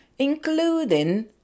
including